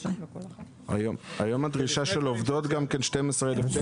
היום הדרישה של עובדות גם כן 12,000 שקלים?